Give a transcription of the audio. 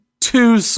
two